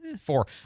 Four